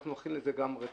שנחיל את זה גם רטרואקטיבית.